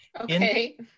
okay